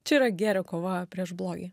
čia yra gėrio kova prieš blogį